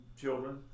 children